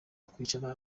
kwicara